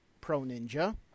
pro-ninja